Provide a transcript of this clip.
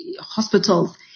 hospitals